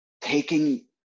taking